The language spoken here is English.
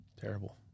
Terrible